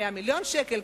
100 מיליון שקל,